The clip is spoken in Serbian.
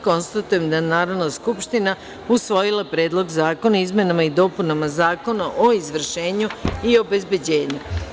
Konstatujem da je Narodna skupština usvojila Predlog zakona o izmenama i dopunama Zakona o izvršenju i obezbeđenju.